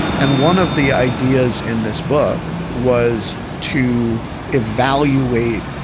and one of the ideas in this book was to evaluate,